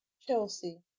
Chelsea